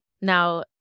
Now